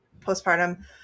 postpartum